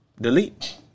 Delete